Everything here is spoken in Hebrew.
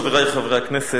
חברי חברי הכנסת,